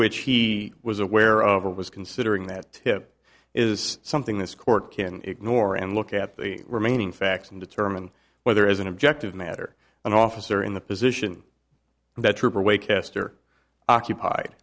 which he was aware of or was considering that tip is something this court can ignore and look at the remaining facts and determine whether as an objective matter an officer in the position of the trooper way caster occupied